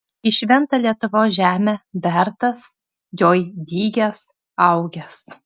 į šventą lietuvos žemę bertas joj dygęs augęs